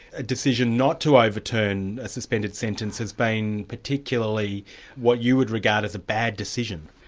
a decision not to overturn ah suspended sentences being particularly what you would regard as a bad decision?